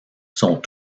sont